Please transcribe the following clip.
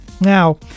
Now